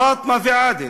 פאטמה ועאדל,